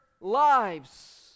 lives